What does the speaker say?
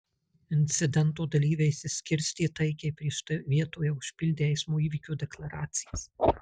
incidento dalyviai išsiskirstė taikiai prieš tai vietoje užpildę eismo įvykio deklaracijas